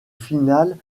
finale